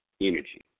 energy